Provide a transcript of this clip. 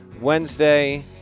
Wednesday